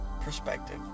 perspective